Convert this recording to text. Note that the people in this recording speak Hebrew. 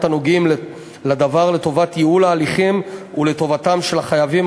הנוגעים לדבר לטובת ייעול ההליכים ולטובת החייבים,